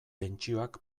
pentsioak